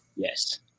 Yes